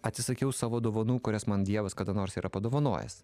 atsisakiau savo dovanų kurias man dievas kada nors yra padovanojęs